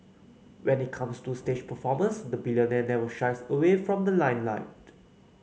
when it comes to stage performances the billionaire never shies away from the limelight